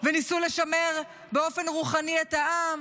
וניסו לשמר באופן רוחני את העם,